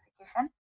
execution